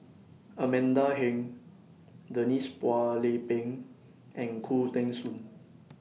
Amanda Heng Denise Phua Lay Peng and Khoo Teng Soon